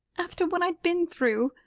after what i'd been through.